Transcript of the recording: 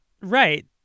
Right